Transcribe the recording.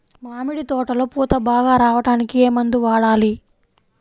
మామిడి తోటలో పూత బాగా రావడానికి ఏ మందు వాడాలి?